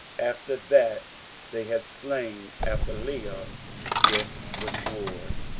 after that they had slain athaliah with the sword.